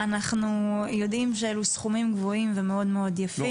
אנחנו יודעים שאלו סכומים גבוהים ומאוד מאוד יפים.